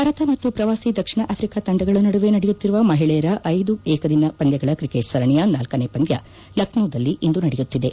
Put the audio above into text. ಭಾರತ ಮತ್ತು ಪ್ರವಾಸಿ ದಕ್ಷಿಣ ಆಫ್ರಿಕಾ ತಂಡಗಳ ನಡುವೆ ನಡೆಯುತ್ತಿರುವ ಮಹಿಳೆಯರ ಐದು ಏಕದಿನ ಪಂದ್ದಗಳ ಕ್ರಿಕೆಟ್ ಸರಣೆಯ ನಾಲ್ಲನೇ ಪಂದ್ಯ ಲಖನೌನಲ್ಲಿ ಇಂದು ನಡೆಯುತ್ತಿದೆ